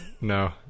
no